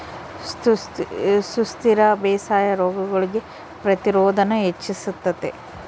ಸುಸ್ಥಿರ ಬೇಸಾಯಾ ರೋಗಗುಳ್ಗೆ ಪ್ರತಿರೋಧಾನ ಹೆಚ್ಚಿಸ್ತತೆ